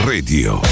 Radio